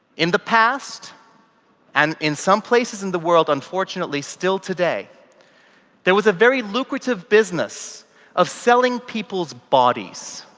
in the past and in some places in the world unfortunately still today there was a very lucrative business of selling people's bodies.